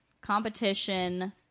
competition